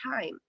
time